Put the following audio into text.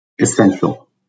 Essential